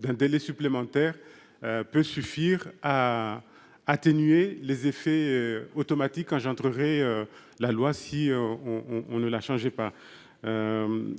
d'un délai supplémentaire. Peut suffire à atténuer les effets automatiques engendrerait la loi si on on ne la changeait pas.